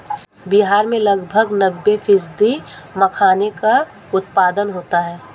बिहार में लगभग नब्बे फ़ीसदी मखाने का उत्पादन होता है